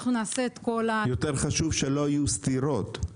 יותר חשוב שלא יהיו סתירות.